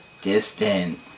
distant